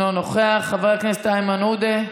אינו נוכח, חבר הכנסת איימן עודה,